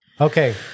okay